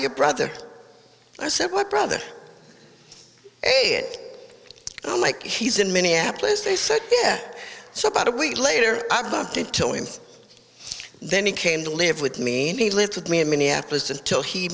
your brother and i said my brother a i'm like he's in minneapolis they said yeah so about a week later i bumped into him then he came to live with me and he lived with me in minneapolis until he